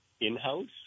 in-house